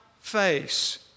face